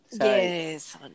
Yes